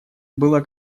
было